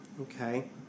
Okay